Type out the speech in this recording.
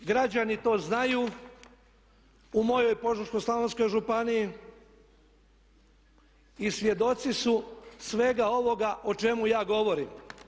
Građani to znaju u mojoj Požeško-slavonskoj županiji i svjedoci su svega ovoga o čemu ja govorim.